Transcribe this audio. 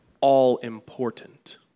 all-important